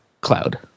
cloud